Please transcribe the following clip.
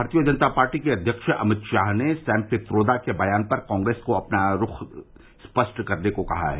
भारतीय जनता पार्टी के अध्यक्ष अमित शाह ने सैम पित्रोदा के बयान पर कांग्रेस को अपना रूख सपष्ट करने को कहा है